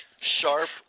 Sharp